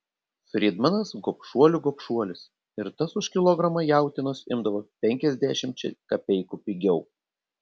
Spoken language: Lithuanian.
fridmanas gobšuolių gobšuolis ir tas už kilogramą jautienos imdavo penkiasdešimčia kapeikų pigiau